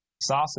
sausage